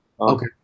Okay